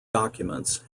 documents